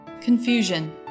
Confusion